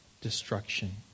destruction